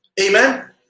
Amen